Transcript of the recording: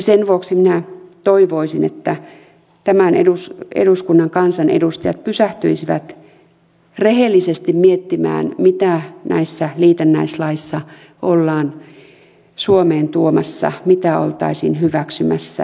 sen vuoksi minä toivoisin että tämän eduskunnan kansanedustajat pysähtyisivät rehellisesti miettimään mitä näissä liitännäislaeissa ollaan suomeen tuomassa mitä oltaisiin hyväksymässä